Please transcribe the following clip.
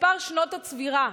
מספר שנות הצבירה.